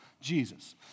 Jesus